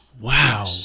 Wow